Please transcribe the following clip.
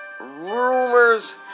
rumors